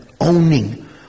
owning